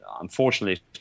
unfortunately